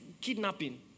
kidnapping